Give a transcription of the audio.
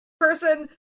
person